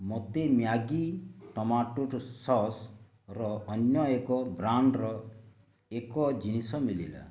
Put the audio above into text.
ମୋତେ Maggi tomato ସସ୍ର ଅନ୍ୟ ଏକ ବ୍ରାଣ୍ଡ୍ର ଏକ ଜିନିଷ ମିଳିଲା